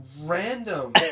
Random